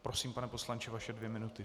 Prosím, pane poslanče, vaše dvě minuty.